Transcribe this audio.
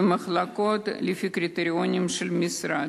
המחולקים על-פי הקריטריונים של המשרד.